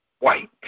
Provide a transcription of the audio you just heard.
White